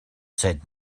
said